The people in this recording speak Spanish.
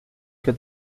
que